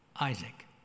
Isaac